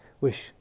wish